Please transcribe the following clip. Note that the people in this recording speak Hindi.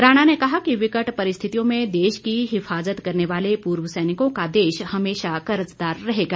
राणा ने कहा कि विकट परिस्थितियों में देश की हिफाजत करने वाले पूर्व सैनिकों का देश हमेशा कर्जदार रहेगा